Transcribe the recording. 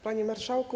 Panie Marszałku!